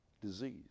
Disease